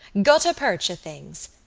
guttapercha things.